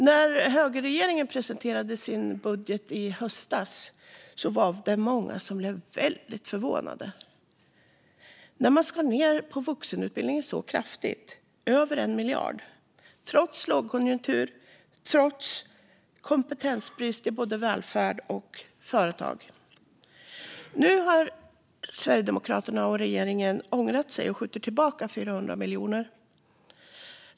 När högerregeringen presenterade sin höstbudget var det många som blev väldigt förvånade när man skar ned på vuxenutbildningen så kraftigt, med över 1 miljard, trots lågkonjunktur och kompetensbrist både i välfärden och hos företag. Nu har Sverigedemokraterna och regeringen ångrat sig och skjuter tillbaka 400 miljoner.